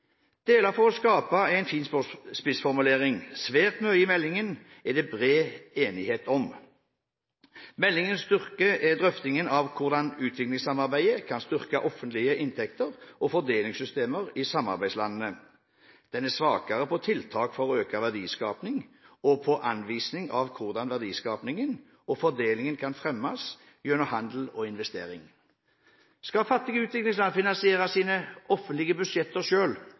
er en fin spissformulering. Svært mye i meldingen er det bred enighet om. Meldingens styrke er drøftingen av hvordan utviklingssamarbeidet kan styrke offentlige inntekter og fordelingssystemer i samarbeidslandene. Den er svakere på tiltak for økt verdiskapning og på anvisning av hvordan verdiskapningen og fordelingen kan fremmes gjennom handel og investeringer. Skal fattige utviklingsland finansiere sine offentlige budsjetter